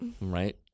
Right